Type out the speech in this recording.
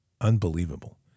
unbelievable